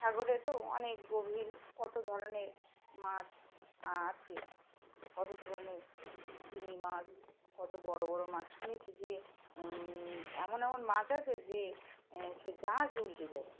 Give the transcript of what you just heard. সাগরে তো অনেক গভীর কত ধরনের মাছ আছে কত ধরনের তিমি মাছ কত বড়ো বড়ো মাছ শুনেছি যে এমন এমন মাছ আছে যে সে জাহাজ উল্টে দেয়